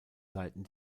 seiten